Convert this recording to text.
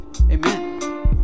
Amen